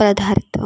पदार्थ